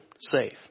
safe